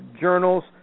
journals